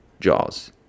Jaws